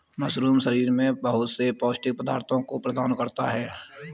mushroom शरीर में बहुत से पौष्टिक पदार्थों को प्रदान करता है